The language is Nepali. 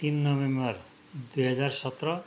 तिन नोभेम्बर दुई हजार सत्र